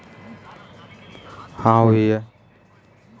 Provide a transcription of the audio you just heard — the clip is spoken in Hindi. लंबे समय के निवेश के बाद मेरे पापा को अच्छी आमदनी हुई है